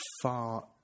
far